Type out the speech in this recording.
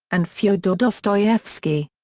and fyodor dostoevsky.